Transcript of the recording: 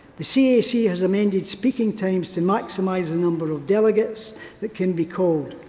the cac has amended speaking times to maximise the number of delegates that can be called.